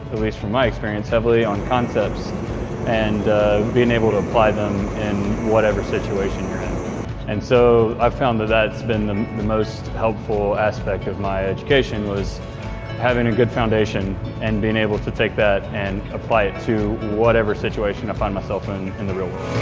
at least from my experience, heavily on concepts and being able to apply them, in whatever situation and so i found that's been the most helpful aspect of my education was having a good foundation and being able to take that and apply it to whatever situation i find myself in in the real